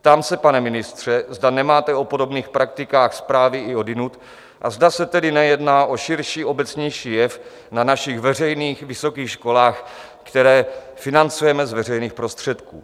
Ptám se, pane ministře, zda nemáte o podobných praktikách zprávy i odjinud a zda se tedy nejedná o širší, obecnější jev na našich veřejných vysokých školách, které financujeme z veřejných prostředků.